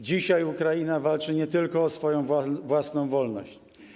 Dzisiaj Ukraina walczy nie tylko o swoją własną wolność.